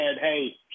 Hey